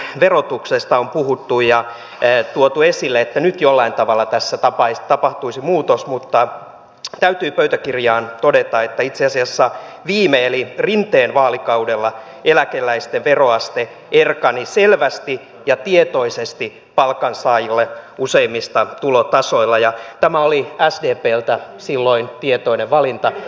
eläkeläisten verotuksesta on puhuttu ja tuotu esille että nyt jollain tavalla tässä tapahtuisi muutos mutta täytyy pöytäkirjaan todeta että itse asiassa viime eli rinteen vaalikaudella eläkeläisten veroaste erkani selvästi ja tietoisesti palkansaajista useimmilla tulotasoilla ja tämä oli sdpltä silloin tietoinen valinta